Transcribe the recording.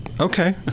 Okay